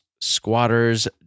Squatters